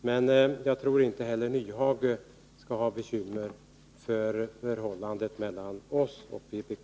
Men jag tror inte att Hans Nyhage skall ha några bekymmer för förhållandet mellan oss och vpk.